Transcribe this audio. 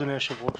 אדוני היושב-ראש,